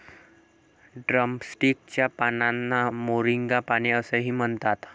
drumstick च्या पानांना moringa पाने असेही म्हणतात